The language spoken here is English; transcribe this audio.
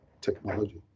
technology